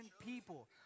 people